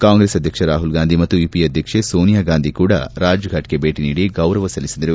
ಕಾಂಗ್ರೆಸ್ ಅಧ್ಯಕ್ಷ ರಾಹುಲ್ ಗಾಂಧಿ ಮತ್ತು ಯುಪಿಎ ಅಧ್ಯಕ್ಷೆ ಸೋನಿಯಾ ಗಾಂಧಿ ಕೂಡ ರಾಜ್ಫಾಟ್ಗೆ ಭೇಟಿ ನೀಡಿ ಗೌರವ ಸಲ್ಲಿಬಿದರು